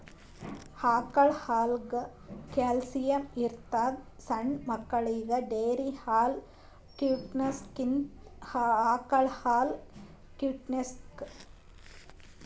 ಆಕಳ್ ಹಾಲ್ದಾಗ್ ಕ್ಯಾಲ್ಸಿಯಂ ಇರ್ತದ್ ಸಣ್ಣ್ ಮಕ್ಕಳಿಗ ಡೇರಿ ಹಾಲ್ ಕುಡ್ಸಕ್ಕಿಂತ ಆಕಳ್ ಹಾಲ್ ಕುಡ್ಸ್ಬೇಕ್